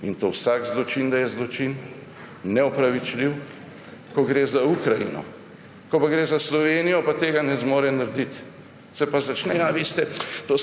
in to vsak zločin, da je zločin, neopravičljiv, ko gre za Ukrajino, ko gre za Slovenijo, pa tega ne zmore narediti, se pa začne, veste,